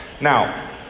Now